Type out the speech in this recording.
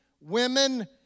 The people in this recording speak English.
women